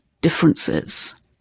differences